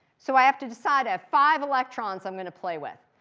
so i have to decide. i have five electrons i'm going to play with.